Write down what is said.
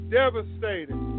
devastated